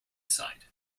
side